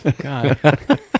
God